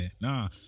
Nah